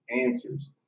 answers